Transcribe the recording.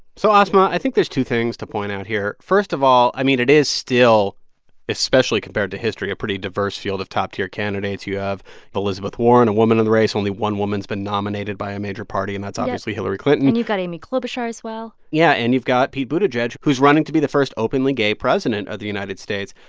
so asma, i think there's two things to point out here. first of all, i mean, it is still especially compared to history a pretty diverse field of top-tier candidates. you have elizabeth warren, a woman in the race. only one woman's been nominated by a major party. yep. and that's obviously hillary clinton and you've got amy klobuchar as well yeah. and you've got pete buttigieg, buttigieg, who's running to be the first openly gay president of the united states.